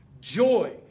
Joy